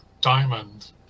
Diamond